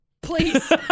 Please